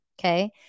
Okay